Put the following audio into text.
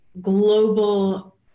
global